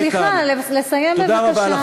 סליחה, לסיים בבקשה.